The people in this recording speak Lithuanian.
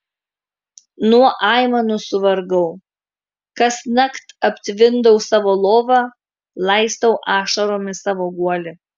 nuo aimanų suvargau kasnakt aptvindau savo lovą laistau ašaromis savo guolį